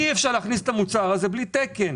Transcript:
אי אפשר להכניס את המוצר הזה בלי תקן.